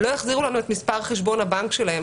לא החזירו לנו את מספר חשבון הבנק שלהם.